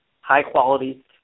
high-quality